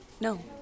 No